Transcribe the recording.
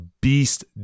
beast